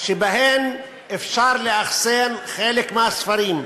שבהן אפשר לאחסן חלק מהספרים,